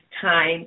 time